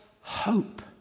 hope